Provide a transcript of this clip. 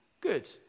good